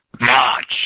March